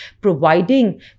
providing